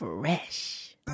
Fresh